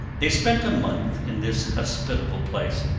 they spent a month in this hospitable place.